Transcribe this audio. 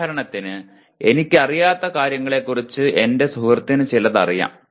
ഉദാഹരണത്തിന് എനിക്കറിയാത്ത കാര്യങ്ങളെക്കുറിച്ച് എന്റെ സുഹൃത്തിന് ചിലത് അറിയാം